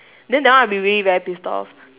then that one I'll be really very pissed off